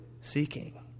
seeking